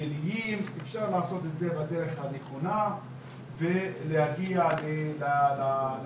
אפשר לעשות את זה בדרך נכונה ולהגיע לאמת.